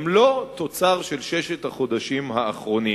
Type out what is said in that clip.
הם לא תוצר של ששת החודשים האחרונים.